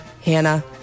Hannah